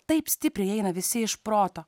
taip stipriai jie eina visi iš proto